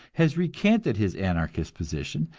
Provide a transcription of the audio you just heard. has recanted his anarchist position,